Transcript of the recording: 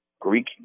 Greek